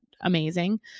amazing